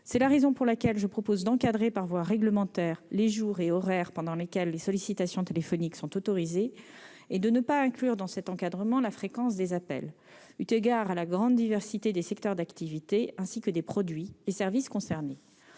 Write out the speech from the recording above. C'est la raison pour laquelle je propose d'encadrer par voie réglementaire les jours et horaires pendant lesquels les sollicitations téléphoniques sont autorisées et de ne pas inclure dans cet encadrement la fréquence des appels, eu égard à la grande diversité des secteurs d'activité, ainsi que des produits et services concernés.